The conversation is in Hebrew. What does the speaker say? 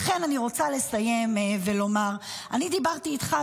לכן אני רוצה לסיים ולומר: אני דיברתי איתך,